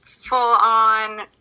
full-on